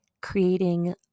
creating